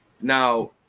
now